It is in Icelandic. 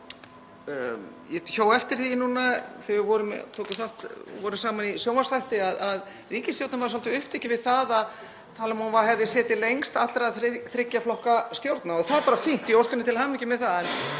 Ég hjó eftir því þegar við vorum saman í sjónvarpsþætti að ríkisstjórnin var svolítið upptekin við að tala um að hún hefði setið lengst allra þriggja flokka stjórna. Það er bara fínt, ég óska henni til hamingju með það,